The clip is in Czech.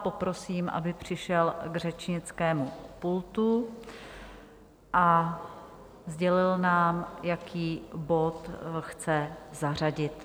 Poprosím, aby přišel k řečnickému pultu a sdělil nám, jaký bod chce zařadit.